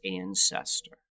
ancestor